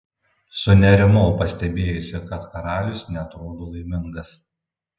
sunerimau pastebėjusi kad karalius neatrodo laimingas